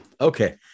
Okay